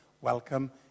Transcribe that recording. welcome